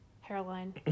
hairline